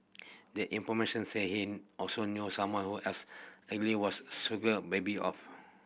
the information say he also knew someone who else allegedly was sugar baby of